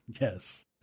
Yes